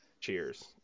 cheers